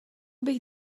bych